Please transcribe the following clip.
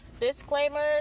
Disclaimer